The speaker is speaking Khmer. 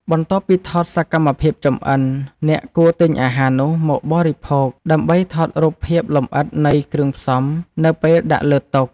បន្ទាប់ពីថតសកម្មភាពចម្អិន អ្នកគួរទិញអាហារនោះមកបរិភោគ ដើម្បីថតរូបភាពលម្អិតនៃគ្រឿងផ្សំនៅពេលដាក់លើតុ។